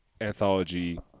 anthology